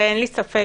אין לי ספק